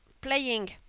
playing